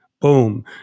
boom